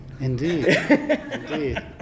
Indeed